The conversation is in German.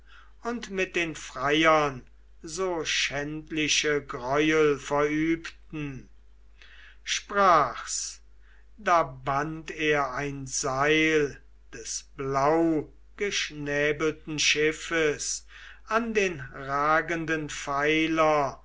und mit den freiern so schändliche greuel verübten sprach's da band er ein seil des blaugeschnäbelten schiffes an den ragenden pfeiler